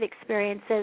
experiences